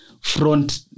front